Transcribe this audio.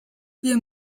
wir